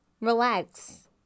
Relax